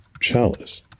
chalice